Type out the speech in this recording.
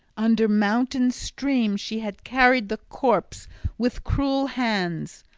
under mountain stream she had carried the corpse with cruel hands.